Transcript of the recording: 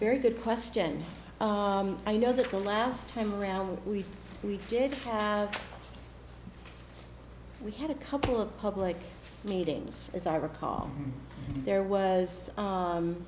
very good question i know that the last time around we did have we had a couple of public meetings as i recall there was